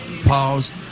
pause